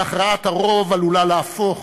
והכרעת הרוב עלולה להפוך,